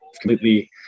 completely